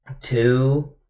two